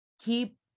keep